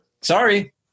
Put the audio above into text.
Sorry